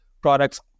products